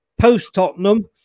post-Tottenham